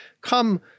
come